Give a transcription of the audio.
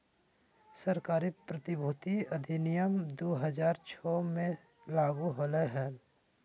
सरकारी प्रतिभूति अधिनियम दु हज़ार छो मे लागू होलय हल